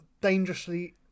dangerously